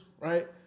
right